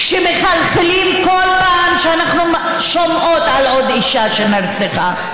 שמחלחלים כל פעם שאנחנו שומעות על עוד אישה שנרצחה.